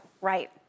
Right